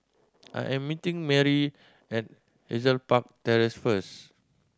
I am meeting Merri at Hazel Park Terrace first